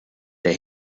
der